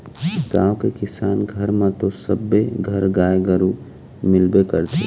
गाँव के किसान घर म तो सबे घर गाय गरु मिलबे करथे